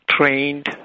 trained